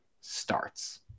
starts